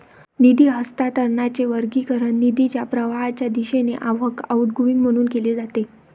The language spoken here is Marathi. निधी हस्तांतरणाचे वर्गीकरण निधीच्या प्रवाहाच्या दिशेने आवक, आउटगोइंग म्हणून केले जाते